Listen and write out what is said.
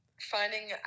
finding